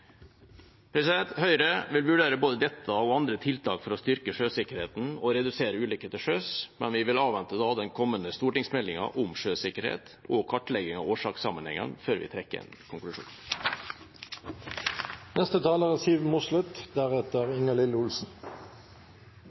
Høyre vil vurdere både dette og andre tiltak for å styrke sjøsikkerheten og redusere antall ulykker til sjøs, men vi vil avvente den kommende stortingsmeldingen om sjøsikkerhet og kartleggingen av årsakssammenhengene før vi trekker en